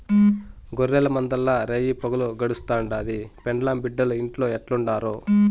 గొర్రెల మందల్ల రేయిపగులు గడుస్తుండాది, పెండ్లాం బిడ్డలు ఇంట్లో ఎట్టుండారో